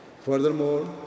Furthermore